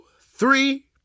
three